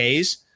Ks